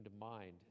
mind